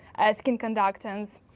skin conductance,